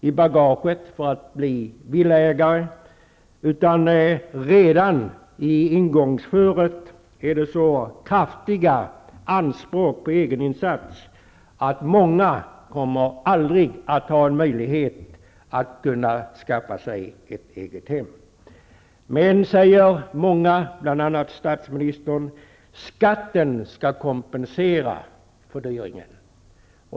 i bagaget för att bli villaägare, utan redan i ingångsskedet är det så kraftiga anspråk på egeninsats att många aldrig kommer att få möjlighet att skaffa sig ett eget hem. Men, säger många, bl.a. statsministern, skattelättnaderna skall kompensera fördyringen.